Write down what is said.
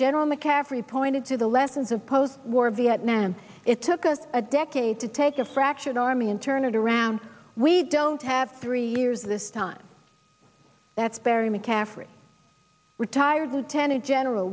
general mccaffrey pointed to the lessons of post war viet nam it took us a decade to take a fraction army and turn it around we don't have three years this time that's barry mccaffrey retired lieutenant general